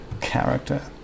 character